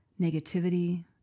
negativity